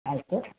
ಆಯಿತು